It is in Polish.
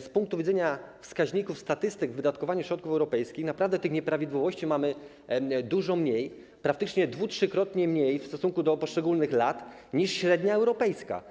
z punktu widzenia wskaźników statystyk w wydatkowaniu środków europejskich naprawdę tych nieprawidłowości mamy dużo mniej, praktycznie dwu-, trzykrotnie mniej w stosunku do poszczególnych lat niż średnia europejska.